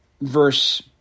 verse